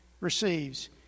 receives